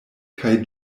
kaj